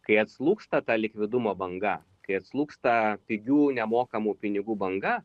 kai atslūgsta ta likvidumo banga kai atslūgsta pigių nemokamų pinigų banga